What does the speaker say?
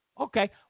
Okay